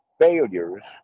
failures